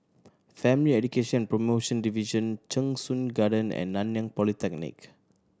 Family Education Promotion Division Cheng Soon Garden and Nanyang Polytechnic